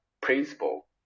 principle